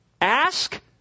ask